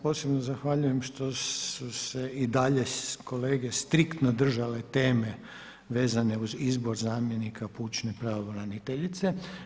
Posebno zahvaljujem što su se i dalje kolege striktno držale teme vezane uz izbor zamjenika pučke pravobraniteljice.